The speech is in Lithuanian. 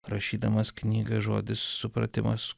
rašydamas knygą žodis supratimas